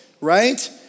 right